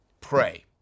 Pray